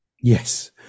Yes